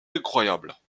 incroyables